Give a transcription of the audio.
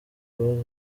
kubaza